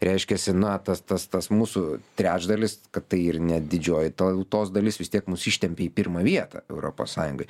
reiškiasi na tas tas tas mūsų trečdalis kad tai ir ne didžioji tautos dalis vis tiek mus ištempė į pirmą vietą europos sąjungoj